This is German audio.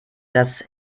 das